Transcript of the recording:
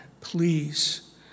please